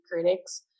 critics